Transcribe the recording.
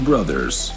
Brothers